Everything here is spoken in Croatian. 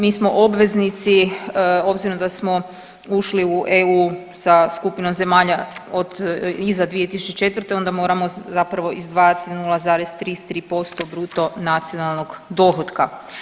Mi smo obvezici8 obzirom da smo ušli u EU sa skupinom zemalja od, iza 2004. onda moramo zapravo izdvajati 0,33% bruto nacionalnog dohotka.